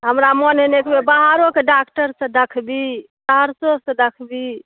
हमरा मन होइए एकबेर बाहरोके डाक्टरसँ देखबी सहरसोसँ देखबी